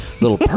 little